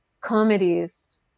comedies